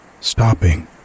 stopping